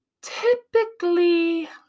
typically